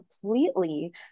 completely